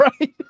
right